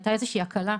הייתה איזושהי הקלה.